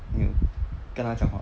!aiyo! 跟他讲话